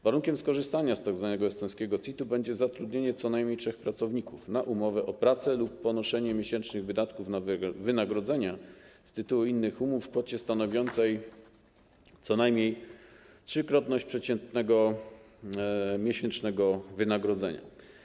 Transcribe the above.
Warunkiem skorzystania z tzw. estońskiego CIT-u będzie zatrudnianie co najmniej trzech pracowników na umowę o pracę lub ponoszenie miesięcznych wydatków na wynagrodzenia z tytułu innych umów w kwocie stanowiącej co najmniej trzykrotność przeciętnego miesięcznego wynagrodzenia.